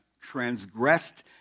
transgressed